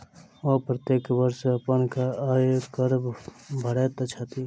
ओ प्रत्येक वर्ष अपन आय कर भरैत छथि